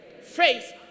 Faith